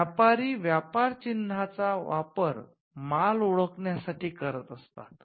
व्यापारी व्यापार चिन्हाचा वापर माल ओळखण्यासाठी करत असतात